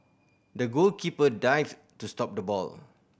the goalkeeper dived to stop the ball